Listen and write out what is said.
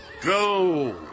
Go